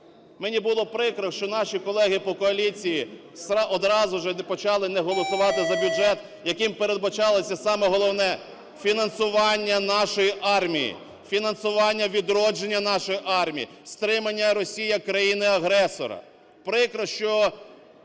Мені було прикро, що наші колеги по коаліції одразу почали не голосувати за бюджет, яким передбачалося, саме головне - фінансування нашої армії, фінансування, відродження нашої армії, стримання Росії як країни-агресора.